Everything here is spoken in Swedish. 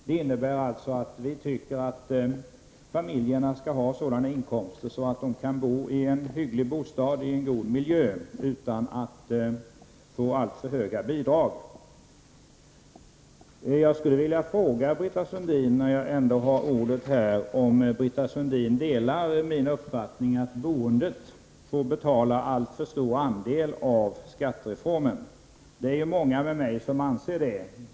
Vi tycker alltså att familjerna skall ha sådana inkomster att de kan bo i en hygglig bostad i god miljö utan att behöva bidrag. Jag skulle vilja fråga Britta Sundin när jag ändå har ordet, om hon delar min uppfattning att boendet får betala alltför stor andel av skattereformen. Det är många med mig som anser det.